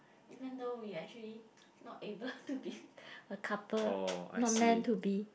even though we actually not able to be a couple not meant to be